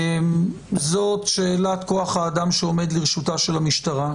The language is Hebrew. זאת שאלת כוח האדם שעומד לרשותה של המשטרה,